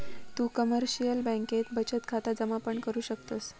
तु कमर्शिअल बँकेत बचत खाता जमा पण करु शकतस